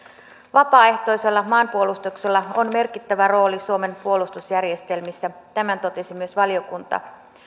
vapaaehtoisella maanpuolustuksella on merkittävä rooli suomen puolustusjärjestelmissä tämän totesi myös valiokunta